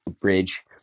bridge